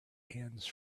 hands